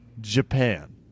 Japan